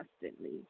constantly